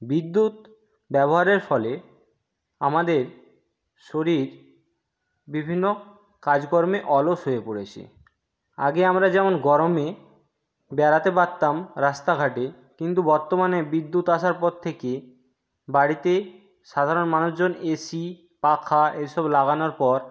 বিদ্যুৎ ব্যবহারের ফলে আমাদের শরীর বিভিন্ন কাজকর্মে অলস হয়ে পড়েছে আগে আমরা যেমন গরমে বেড়াতে পারতাম রাস্তাঘাটে কিন্তু বর্তমানে বিদ্যুৎ আসার পর থেকে বাড়িতে সাধারণ মানুষজন এসি পাখা এসব লাগানোর পর